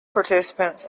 participants